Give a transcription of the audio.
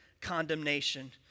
condemnation